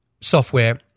software